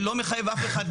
זה לא מחייב אף אחד,